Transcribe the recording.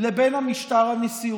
לבין המשטר הנשיאותי.